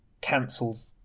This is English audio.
cancels